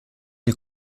gli